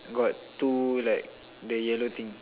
got two like the yellow thing